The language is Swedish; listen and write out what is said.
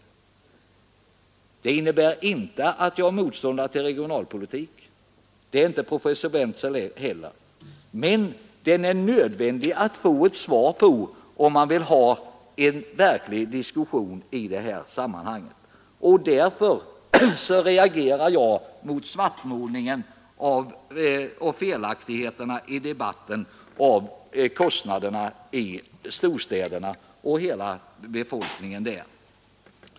Det innebär inte att jag är motståndare till regionalpolitik. Det är inte professor Bentzel heller. Men det är nödvändigt att få ett svar på den frågan, om man vill ha en verklig diskussion i sammanhanget. Därför reagerar jag mot svartmålningen och felaktigheterna i debatten om kostnaderna i storstäderna och av hela befolkningen där.